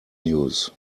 news